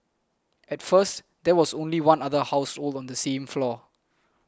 at first there was only one other household on the same floor